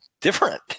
different